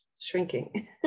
shrinking